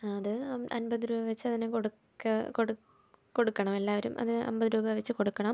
അത് അൻപത് രൂപ വെച്ച് അതിന് കൊടുക്കും കൊടുക്കും കൊടുക്കണം എല്ലാവരും അത് അൻപത് രൂപ വെച്ച് കൊടുക്കണം